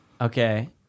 Okay